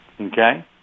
Okay